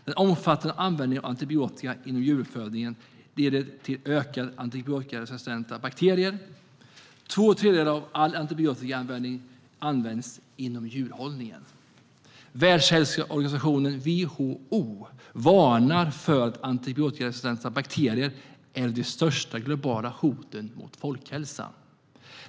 Den omfattande användningen av antibiotika inom djuruppfödningen leder till ökning av antibiotikaresistenta bakterier. Två tredjedelar av all antibiotikaanvändning sker inom djurhållningen. Världshälsoorganisationen, WHO, varnar för att antibiotikaresistenta bakterier är det största globala hotet mot folkhälsan.